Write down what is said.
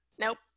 nope